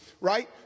right